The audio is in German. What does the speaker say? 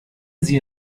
sie